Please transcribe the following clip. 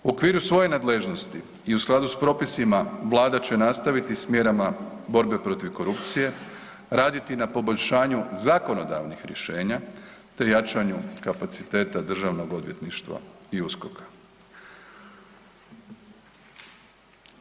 U okviru svoje nadležnosti i u skladu s propisima Vlada će nastaviti s mjerama borbe protiv korupcije, raditi na poboljšanju zakonodavnih rješenja te jačanju kapaciteta Državnog odvjetništva i USKOK-a.